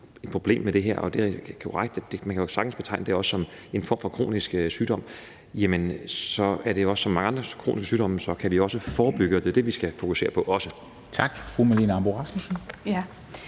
et problem med det her, og det er jo korrekt, at man sagtens kan betegne det som en form for kronisk sygdom, er det også som med mange andre kroniske sygdomme sådan, at vi kan forebygge, og det er det, vi skal fokusere på – også. Kl.